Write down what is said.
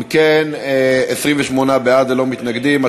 אם כן, 28 בעד, ללא מתנגדים.